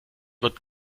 wird